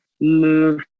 move